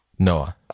noah